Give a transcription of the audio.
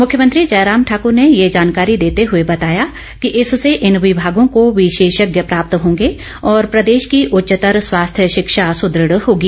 मुख्यमंत्री जयराम ठाकूर ने ये जानकारी देते हुए बताया कि इससे इन विभागों को विशेषज्ञ प्राप्त होंगे और प्रदेश की उच्चतर स्वास्थ्य शिक्षा सुदृढ होगी